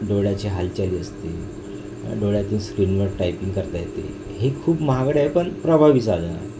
डोळ्याची हालचाली असतील डोळ्यातील स्क्रीनवर टायपिंग करता येते हे खूप महागडे आहे पण प्रभावी साधन आहे